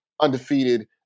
undefeated